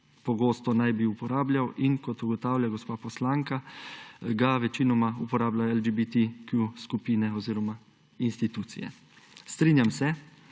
pogosto uporabljal in – kot ugotavlja gospa poslanka – ga večinoma uporabljajo LGBTIQ skupine oziroma institucije. Strinjam se,